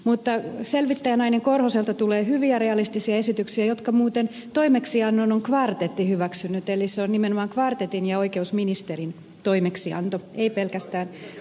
mutta selvittäjänainen korhoselta tulee hyviä realistisia esityksiä jonka toimeksiannon muuten kvartetti on hyväksynyt eli se on nimenomaan kvartetin ja oikeusministerin toimeksianto ei pelkästään oikeusministerin